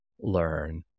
learn